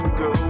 go